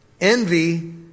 Envy